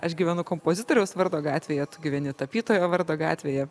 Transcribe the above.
aš gyvenu kompozitoriaus vardo gatvėje tu gyveni tapytojo vardo gatvėje